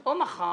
או מחר.